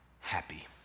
happy